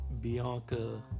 Bianca